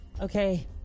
Okay